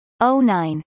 09